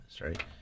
right